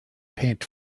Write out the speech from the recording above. paint